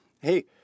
hey